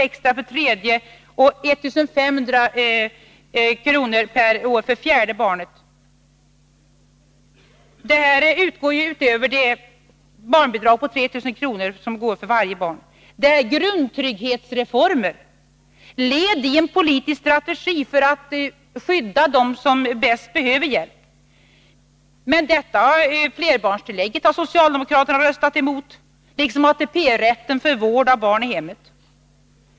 extra för det tredje och 1500 kr. extra per år för fjärde barnet. Detta utbetalas utöver barnbidraget på 3 000 kr. för varje barn. De här åtgärderna är grundtrygghetsreformer, led i en politisk strategi för att skydda dem som bäst behöver hjälp. Men socialdemokraterna har röstat emot flerbarnstillägget liksom ATP-rätten för vård av barn i hemmet.